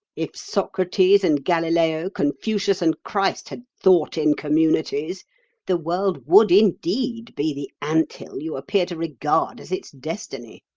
if socrates and galileo, confucius and christ had thought in communities the world would indeed be the ant-hill you appear to regard as its destiny.